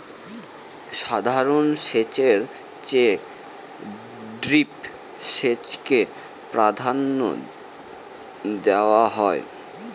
সাধারণ সেচের চেয়ে ড্রিপ সেচকে প্রাধান্য দেওয়া হয়